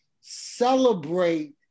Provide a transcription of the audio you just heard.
celebrate